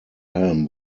helm